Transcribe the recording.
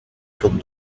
comme